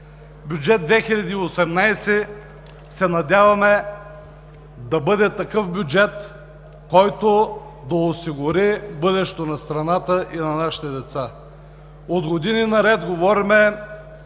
Бюджет 2018 да бъде бюджет, който да осигури бъдещето на страната и на нашите деца. От години наред говорим,